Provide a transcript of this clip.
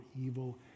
evil